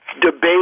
debate